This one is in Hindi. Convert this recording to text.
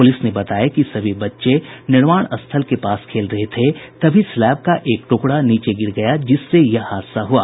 पुलिस ने बताया कि सभी बच्चे निर्माण स्थल के पास खेल रहे थे तभी स्लैब का एक ट्रकड़ा नीचे गिर गया जिससे यह हादसा हुआ